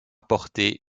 portée